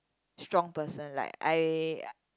strong person like I